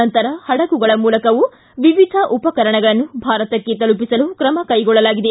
ನಂತರ ಹಡಗುಗಳ ಮೂಲಕವೂ ವಿವಿಧ ಉಪಕರಣಗಳನ್ನು ಭಾರತಕ್ಕೆ ತಲುಪಿಸಲು ಕ್ರಮಕೈಗೊಳ್ಳಲಾಗಿದೆ